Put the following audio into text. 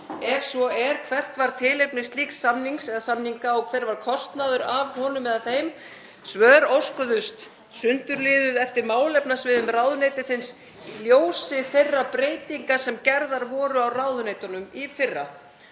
Ef svo er, hvert var tilefnið slíks samnings eða samninga og hver var kostnaður af honum eða þeim? Svör óskuðu sundurliðuð eftir málefnasviðum ráðuneytisins í ljósi þeirra breytinga sem gerðar voru á ráðuneytunum í fyrra.